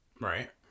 Right